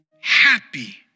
happy